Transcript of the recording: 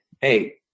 hey